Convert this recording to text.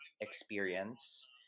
experience